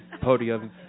podium